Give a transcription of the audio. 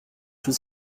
chose